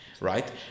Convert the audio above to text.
right